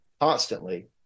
constantly